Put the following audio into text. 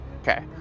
Okay